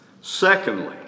Secondly